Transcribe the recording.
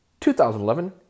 2011